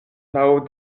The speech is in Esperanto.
laŭ